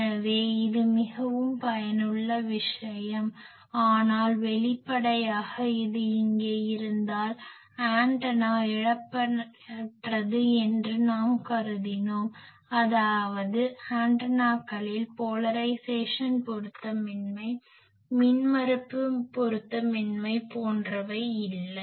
எனவே இது மிகவும் பயனுள்ள விஷயம் ஆனால் வெளிப்படையாக இது இங்கே இருந்தால் ஆண்டனா இழப்பற்றது என்று நாம் கருதினோம் அதாவது ஆண்டனாக்களில் போலரைஸேசன் பொருத்தமின்மை மின்மறுப்பு பொருத்தமின்மை போன்றவை இல்லை